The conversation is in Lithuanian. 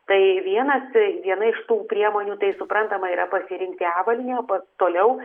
tai vienas viena iš tų priemonių tai suprantama yra pasirinkti avalynę o pas toliau